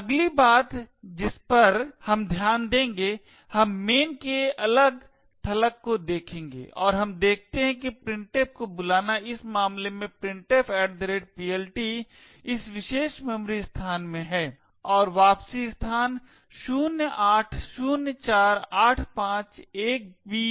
अगली बात जिस पर हम ध्यान देंगे हम main के अलाग थलग को देखेंगे और हम देखते हैं कि printf को बुलाना इस मामले में printfPLT इस विशेष मेमोरी स्थान में है और वापसी स्थान 0804851b